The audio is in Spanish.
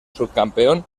subcampeón